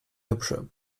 hübsche